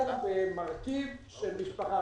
אלא במרכיב של משפחה.